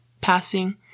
passing